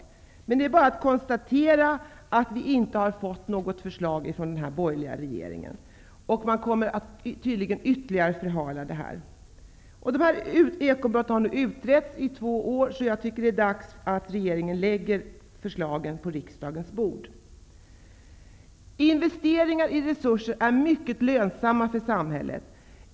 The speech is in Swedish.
Det är emellertid bara att konstatera att vi inte har fått något förslag från den borgerliga regeringen, och den kommer tydligen att förhala detta ytterligare. Dessa ekobrott har utretts i två år. Jag tycker därför att det är dags att regeringen lägger förslagen på riksdagens bord. Investeringar i resurser är mycket lönsamma för samhället.